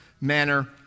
manner